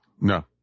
No